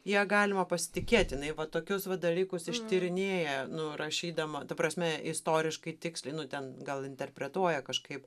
ja galima pasitikėti jinai va tokius va dalykus ištyrinėja nu rašydama ta prasme istoriškai tiksliai nu ten gal interpretuoja kažkaip